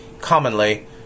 commonly